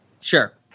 Sure